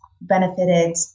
benefited